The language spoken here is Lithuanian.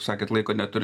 sakėte laiko neturiu